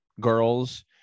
girls